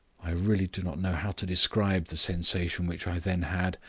i really do not know how to describe the sensation which i then had.